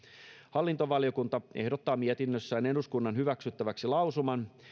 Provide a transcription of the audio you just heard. hallintovaliokunta ehdottaa mietinnössään eduskunnan hyväksyttäväksi lausumaa